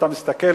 אתה מסתכל,